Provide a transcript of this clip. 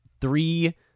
three